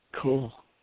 Cool